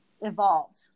evolved